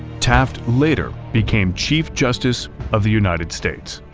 taft later became chief justice of the united states.